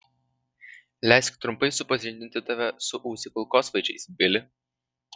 leisk trumpai supažindinti tave su uzi kulkosvaidžiais bili